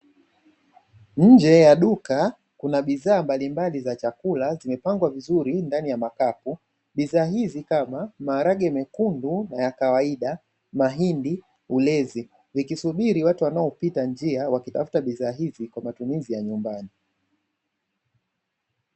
Nje ya duka kuna bidhaa mbalimbali za chakula zimepangwa vizuri ndani ya makapu, bidhaa hizi kama maharage mekundu na yakawaida, mahindi na ulezi vikisubiri watu wanaopita njia wanaotafuta bidhaa hizi kwa matumizi ya nyumbani.